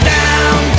down